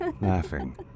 laughing